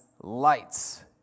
lights